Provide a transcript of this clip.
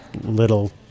little